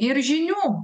ir žinių